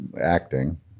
acting